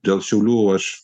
dėl šiaulių aš